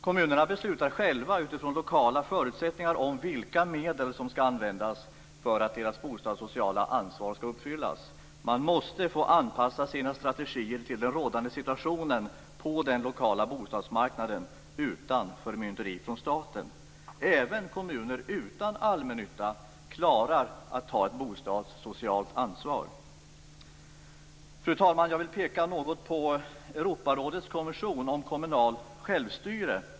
Kommunerna beslutar själva utifrån lokala förutsättningar om vilka medel som skall användas för att deras bostadssociala ansvar skall uppfyllas. Man måste få anpassa sina strategier till den rådande situationen på den lokala bostadsmarknaden utan förmynderi från staten. Även kommuner utan allmännytta klarar att ta ett bostadssocialt ansvar. Fru talman! Jag vill peka något på Europarådets konvention om kommunalt självstyre .